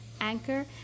Anchor